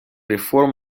реформ